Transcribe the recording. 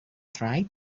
tried